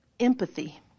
Empathy